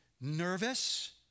nervous